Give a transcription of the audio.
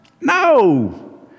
No